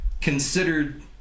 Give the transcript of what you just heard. considered